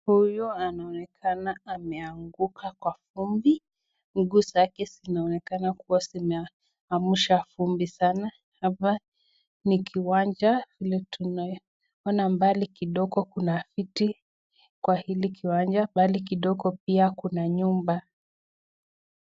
Huyu anaonekana ameanguka kwa vumbi. Miguu zake zinaonekana kua zimeamsha vumbi sanaa. Hapa ni kiwanja vile tunaiona mbali kidogo kuna viti. Kwa hili kiwanja mbali kidogo pia kuna nyumba.